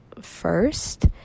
first